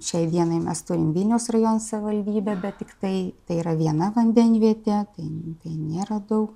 šiai dienai mes turim vilniaus rajono savivaldybę bet tiktai tai yra viena vandenvietė tai nėra daug